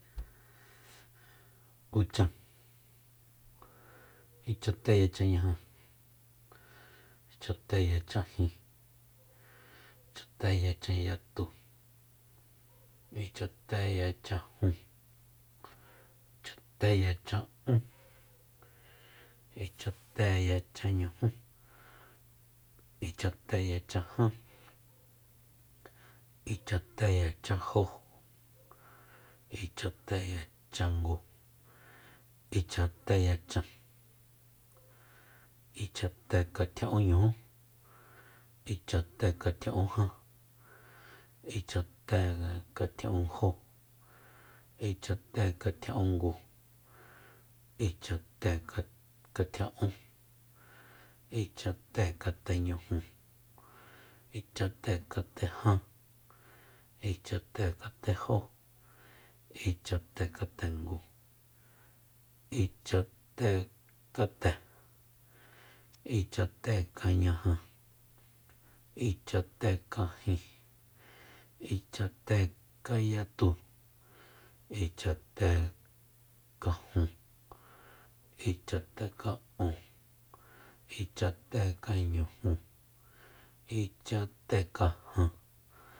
Uchan ichateyachañaja ichateyachajin ichateyachanyatu ichateyachajun ichateyachan'ún ichateyachanñuju ichateyachajan ichateyachanjó ichateyachangu ichateyachan ichatekatjia'unñujú ichatekatjia'unjan ichatekatjia'unjó ichatkatjia'ungu ichatekatjia'ún ichatekateñujú ichatekatejan ichatekatejó ichatekatengu ichatekate ichatekañaja ichatekajin ichateyatu ichatekajun ichateka'un ichatekañuju ichatekajan